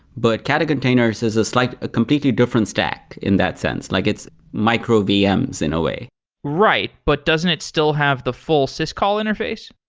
but kata containers is like a completely different stack in that sense. like it's micro-vms in a way right. but doesn't it still have the full syscall interface?